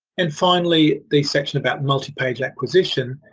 and finally the section about multipage acquisition,